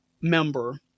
member